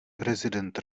prezident